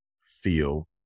feel